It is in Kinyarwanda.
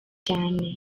cyane